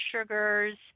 sugars